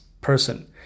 person